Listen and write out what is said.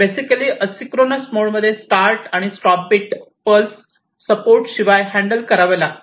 basically asynchronous mode मध्ये start आणि stop bit pulse support शिवाय हँडल करावे लागतात